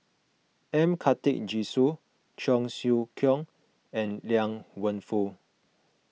M Karthigesu Cheong Siew Keong and Liang Wenfu